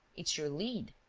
it's your lead.